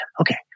Okay